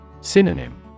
Synonym